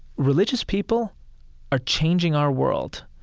religious people are changing our world.